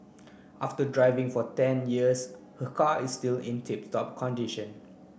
after driving for ten years her car is still in tip top condition